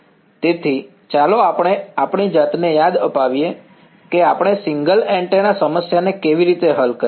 તેથી ચાલો આપણે આપણી જાતને યાદ અપાવીએ કે આપણે સિંગલ એન્ટેના સમસ્યાને કેવી રીતે હલ કરી